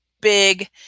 big